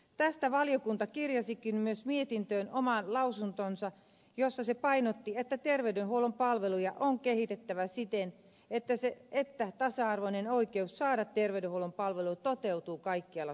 tästä valiokunta kirjasikin myös mietintöön oman lausuntonsa jossa se painotti että terveydenhuollon palveluja on kehitettävä siten että tasa arvoinen oikeus saada terveydenhuollon palveluja toteutuu kaikkialla suomessa